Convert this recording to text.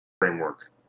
framework